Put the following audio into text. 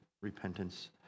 repentance